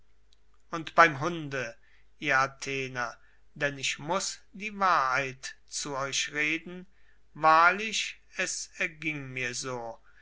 und beim hunde ihr athener denn ich muß die wahrheit zu euch reden wahrlich es erging mir so